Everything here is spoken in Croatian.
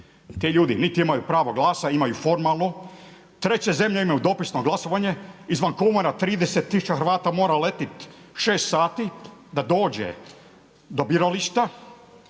Ti ljudi niti imaju pravo glasa, imaju formalno, treće zemlje imaju dopisno glasovanje, izvan …/Govornik se ne razumije./… 30 tisuća Hrvata mora letiti 6 sati da dođe do birališta,